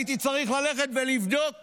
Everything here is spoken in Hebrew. הייתי צריך ללכת ולבדוק